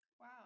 Wow